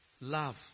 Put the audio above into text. Love